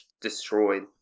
destroyed